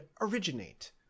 originate